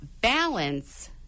balance